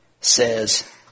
says